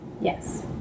Yes